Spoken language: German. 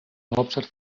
hauptstadt